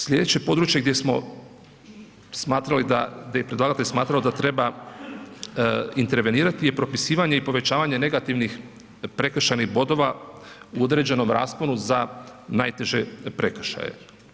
Slijedeće područje gdje smo smatrali da, gdje je predlagatelj smatrao da treba intervenirati je propisivanje i povećavanje negativnih prekršajnih bodova u određenom rasponu za najteže prekršaje.